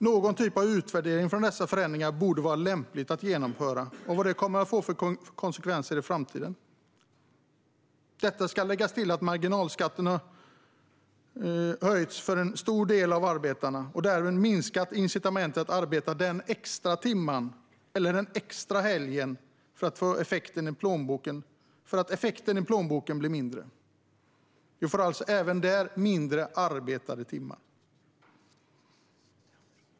Någon typ av utvärdering av dessa förändringar borde vara lämpligt att genomföra och av vad de kommer att få för konsekvenser i framtiden. Till detta ska läggas att marginalskatten har höjts för en stor del av arbetarna och därmed minskat incitamentet att arbeta den extra timmen eller den extra helgen, eftersom effekten i plånboken blir mindre. Vi får alltså även här färre arbetade timmar.